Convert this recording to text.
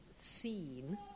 seen